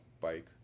bike